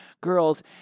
girls